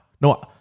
No